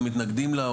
מתנגדים לה,